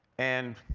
and